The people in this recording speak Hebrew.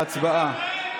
הצבעה.